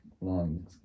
long